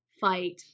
fight